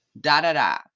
da-da-da